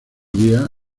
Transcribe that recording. día